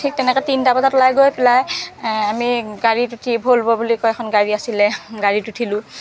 ঠিক তেনেকৈ তিনিটা বজাত ওলাই গৈ পেলাই আমি গাড়ীত উঠি ভলভো বুলি কয় এখন গাড়ী আছিলে গাড়ীত উঠিলো